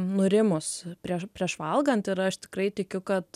nurimus prieš prieš valgant ir aš tikrai tikiu kad